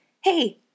hey